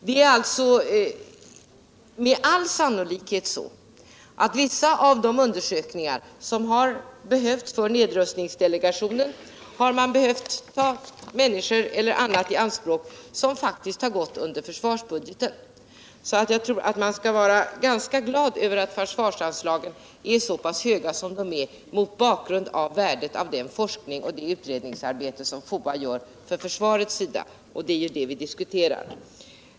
Det är med all sannolikhet så att resurser som behövts för nedrustningsdelegationen har tagits ur försvarsbudgeten. Därför tror jag att man bör vara glad över att försvarsanslaget är så pass högt som det är, sett mot bakgrunden av värdet av den forskning och det utredningsarbete som FOA gör för försvarets räkning — det är ju det vi diskuterar.